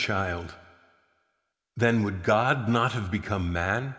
child then would god not have become man